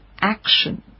action